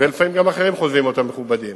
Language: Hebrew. ולפעמים גם אחרים חושבים אותם למכובדים.